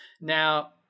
now